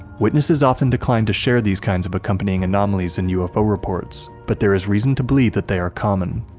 witnesses often decline to share these kinds of accompanying anomalies in ufo reports, but there is reason to believe that they are common.